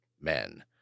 men